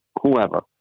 whoever